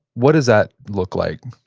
what does that look like?